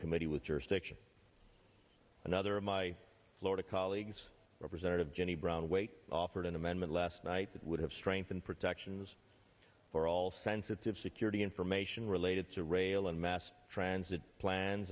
committee with your station another of my florida colleagues representative ginny brown waite offered an amendment last night that would have strengthen protections for all sensitive security information related to rail and mass transit plans